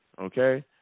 okay